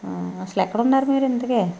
అసలు ఎక్కడ ఉన్నారు మీరు ఇంతకీ